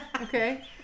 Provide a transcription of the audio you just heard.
Okay